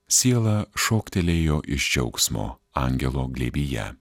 siela šoktelėjo iš džiaugsmo angelo glėbyje